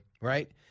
right